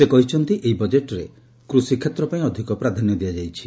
ସେ କହିଛନ୍ତି ଏହି ବଜେଟ୍ରେ କୃଷିକ୍ଷେତ୍ର ପାଇଁ ଅଧିକ ପ୍ରାଧାନ୍ୟ ଦିଆଯାଇଛି